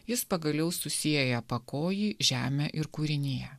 jis pagaliau susieja pakojį žemę ir kūriniją